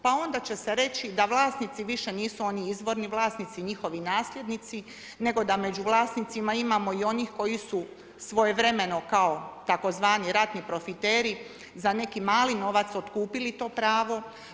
Pa onda će se reći da vlasnici više nisu oni izvorni vlasnici, njihovi nasljednici, nego da među vlasnicima imamo onih koji su svojevremeno kao tzv. ratni profiteri za neki mali novac otkupili to pravo.